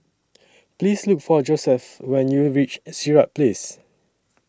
Please Look For Josef when YOU REACH Sirat Place